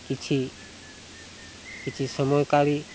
କିଛି କିଛି ସମୟ କାଡ଼ି